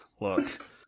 Look